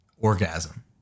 orgasm